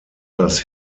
das